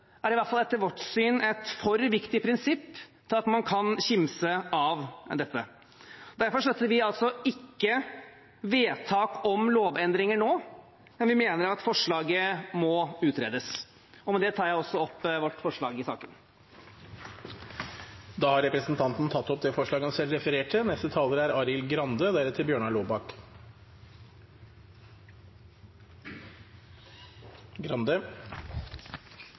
er i hvert fall etter vårt syn et for viktig prinsipp til at man kan kimse av dette. Derfor støtter vi altså ikke vedtak om lovendringer nå, men vi mener at forslaget må utredes. Med det tar jeg opp forslaget Høyre er med på i saken. Representanten Kristian Tonning-Riise har tatt opp det forslaget han refererte til. Dagens ordning og lov er